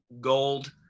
gold